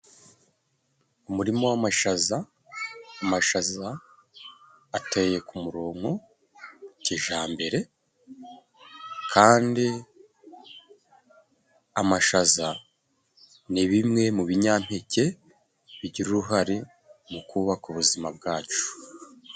Umurima w'amashaza, mashaza ateye ku muronko kijambere, kandi amashaza ni bimwe mu binyampeke bigira uruhare mu kubaka ubuzima bwacu.